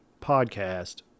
podcast